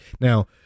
now